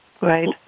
Right